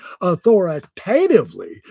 authoritatively